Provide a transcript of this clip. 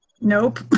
Nope